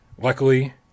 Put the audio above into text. Luckily